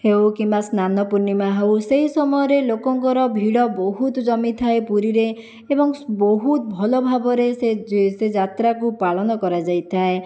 ହେଉ କିମ୍ବା ସ୍ନାନପୂର୍ଣ୍ଣିମା ହେଉ ସେଇ ସମୟରେ ଲୋକଙ୍କର ଭିଡ଼ ବହୁତ ଜମିଥାଏ ପୁରୀରେ ଏବଂ ବହୁତ ଭଲ ଭାବରେ ସେ ଯାତ୍ରାକୁ ପାଳନ କରାଯାଇଥାଏ